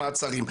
מעצרים.